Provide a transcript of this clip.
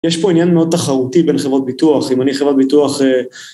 יש פה עניין מאוד תחרותי בין חברות ביטוח, אם אני חברת ביטוח...